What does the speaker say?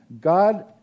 God